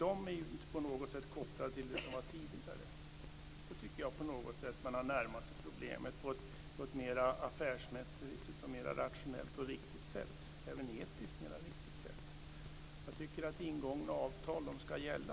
De är ju inte på något sätt kopplade till det som fanns tidigare. Då har man närmat sig problemet på ett mera affärsmässigt, rationellt, riktigt och etiskt sätt. Jag tycker att ingångna avtal ska gälla.